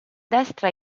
destra